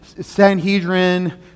Sanhedrin